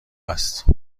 است